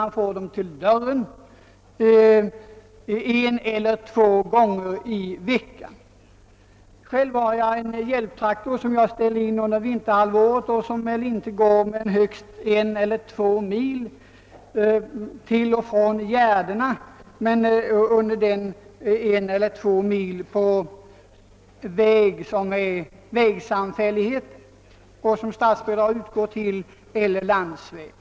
Han får dem vid dörren en eller två gånger i veckan. Själv har jag en hjälptraktor, som jag ställer in under vinterhalvåret. Den går väl högst en eller två mil till och från gärdena på väg som underhålls av vägsamfällighet med statsbidrag eller på allmän landsväg.